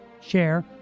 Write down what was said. share